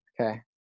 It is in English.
okay